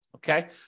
Okay